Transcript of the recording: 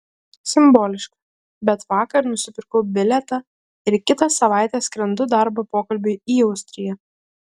simboliška bet vakar nusipirkau bilietą ir kitą savaitę skrendu darbo pokalbiui į austriją